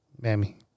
Mammy